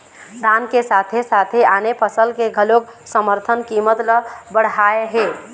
धान के साथे साथे आने फसल के घलोक समरथन कीमत ल बड़हाए हे